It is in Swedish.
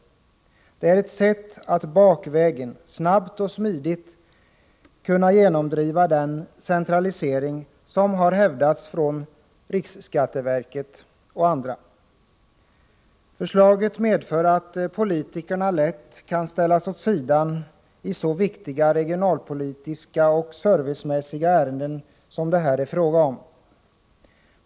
Det är ett sätt att bakvägen snabbt och smidigt genomdriva den centralisering som har förespråkats av riksskatteverket och andra. Förslaget medför att politikerna lätt kan förbigås i sådana viktiga regionalpolitiska och servicemässiga ärenden som det här är fråga om.